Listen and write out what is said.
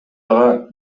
ага